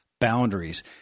Boundaries